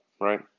right